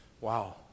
Wow